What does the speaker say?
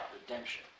redemption